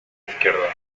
izquierdo